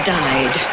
died